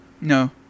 No